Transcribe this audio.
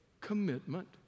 Commitment